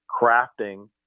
crafting